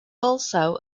also